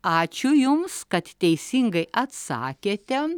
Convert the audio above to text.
ačiū jums kad teisingai atsakėte